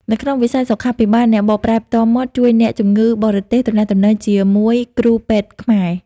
នៅក្នុងវិស័យសុខាភិបាល អ្នកបកប្រែផ្ទាល់មាត់ជួយអ្នកជំងឺបរទេសទំនាក់ទំនងជាមួយគ្រូពេទ្យខ្មែរ។